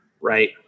Right